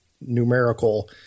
numerical